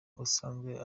ubusanzwe